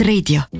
Radio